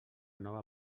nova